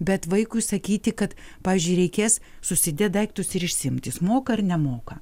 bet vaikui sakyti kad pavyzdžiui reikės susidėt daiktus ir išsiimt jis moka ar nemoka